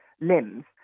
limbs